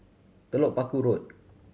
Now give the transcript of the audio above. Telok Paku Road